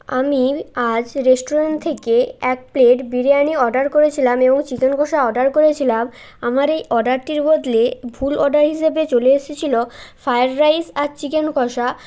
আমি আজ রেস্টুরেন্ট থেকে এক প্লেট বিরিয়ানি অর্ডার করেছিলাম এবং চিকেন কষা অর্ডার করেছিলাম আমার এই অর্ডারটির বদলে ভুল অর্ডার হিসেবে চলে এসেছিলো ফ্রায়েড রাইস আর চিকেন কষা